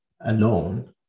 alone